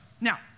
now